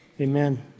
amen